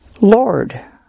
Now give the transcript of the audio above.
Lord